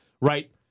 right